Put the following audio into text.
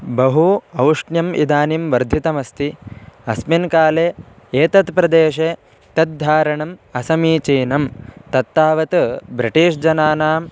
बहु औष्ण्यम् इदानीं वर्धितमस्ति अस्मिन् काले एतत् प्रदेशे तद्धारणम् असमीचीनं तत्तावत् ब्रिटीश् जनानां